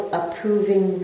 approving